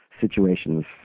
situations